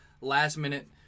last-minute